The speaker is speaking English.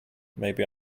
maybe